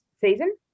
season